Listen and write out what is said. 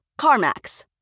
CarMax